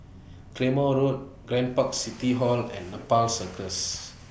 Claymore Road Grand Park City Hall and Nepal Circus